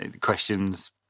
questions